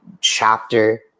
chapter